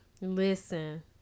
listen